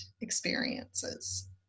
experiences